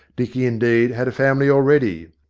dicky, indeed, had a family already.